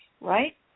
right